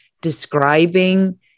describing